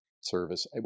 Service